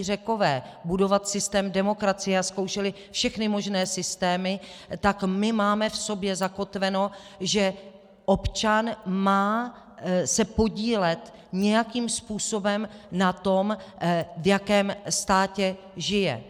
Řekové budovat systém demokracie a zkoušeli všechny možné systémy, tak my máme v sobě zakotveno, že občan se má podílet nějakým způsobem na tom, v jakém státě žije.